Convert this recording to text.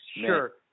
sure